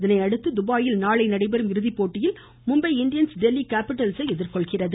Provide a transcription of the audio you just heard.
இதனையடுத்து துபாயில் நாளை நடைபெறும் இறுதி போட்டியில் மும்பை இண்டியன்ஸ் டெல்லி கேப்பிட்டல்ஸை எதிர்கொள்கிறது